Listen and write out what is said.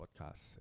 podcast